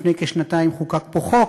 לפני כשנתיים חוקק פה חוק,